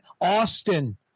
Austin